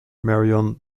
marion